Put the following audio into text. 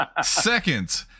second